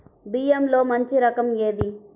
బియ్యంలో మంచి రకం ఏది?